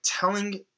telling